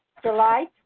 July